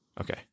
Okay